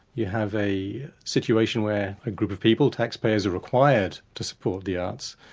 you have a situation where a group of people, taxpayers are required to support the arts,